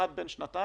האחד בן שנתיים,